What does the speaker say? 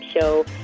Show